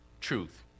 truth